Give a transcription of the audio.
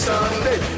Sunday